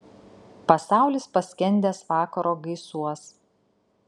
pasaulis paskendęs vakaro gaisuos